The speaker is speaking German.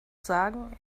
sagen